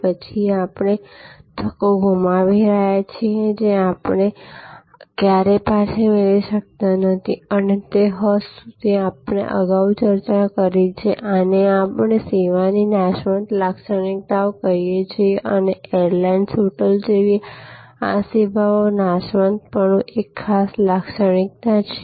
પછી આપણે તકો ગુમાવી રહ્યા છીએ જે આપણે ક્યારેય પાછી મેળવી શકતા નથી અને તે હદ સુધી આપણે અગાઉ ચર્ચા કરી છે કે આને આપણે સેવાની નાશવંત લાક્ષણિકતાઓ કહીએ છીએ અને એરલાઈન્સ હોટલ જેવી આ સેવાઓ નાશવંતપણું એક ખાસ લાક્ષણિક્તા છે